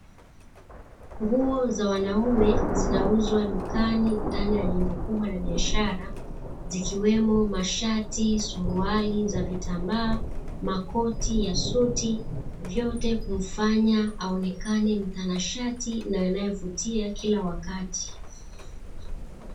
Nguo za wanaume zinauzwa dukani ndani ya jengo kubwa la biashara, zikiwemo: mashati, suruali za vitambaa, makoti ya suti vyote kumfanya aonekane mtanashati na anaevutia kila wakati.